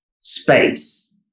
space